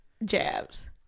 jabs